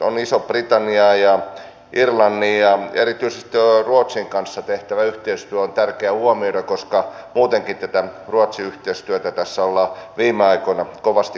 on iso britannia ja irlanti ja erityisesti ruotsin kanssa tehtävä yhteistyö on tärkeä huomioida koska muutenkin tätä ruotsi yhteistyötä tässä on viime aikoina kovasti korostettu